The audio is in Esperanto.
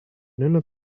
nuna